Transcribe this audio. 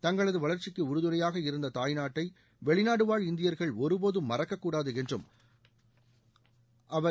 தங்களது வளர்ச்சிக்கு உறுதுணையாக இருந்த தாய்நாட்டை வெளிநாடுவாழ் இந்தியர்கள் ஒருபோதும் மறக்கக்கூடாது என்றும் அவர் கூறினார்